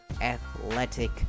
athletic